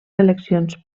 seleccions